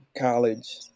college